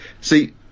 See